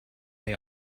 they